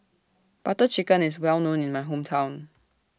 Butter Chicken IS Well known in My Hometown